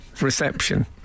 reception